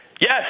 yes